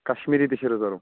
کَشمیٖری تِہ چھِ رِزٲرٕو